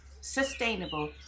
sustainable